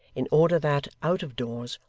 in order that, out of doors,